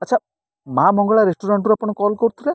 ଆଚ୍ଛା ମାଁ ମଙ୍ଗଳା ରେଷ୍ଟୁରାଣ୍ଟରୁ ଆପଣ କଲ୍ କରୁଥିଲେ